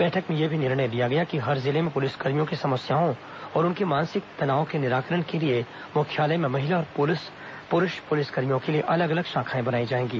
बैठक में यह भी निर्णय लिया गया कि हर जिले में पुलिसकर्भियों की समस्याओं और उनके मानसिक तवान के निराकरण के लिए मुख्यालय में महिला और पुरूष पुलिसकर्मियों के लिए अलग अलग शाखाएं बनाई जाएंगी